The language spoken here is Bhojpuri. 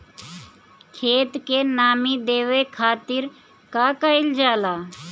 खेत के नामी देवे खातिर का कइल जाला?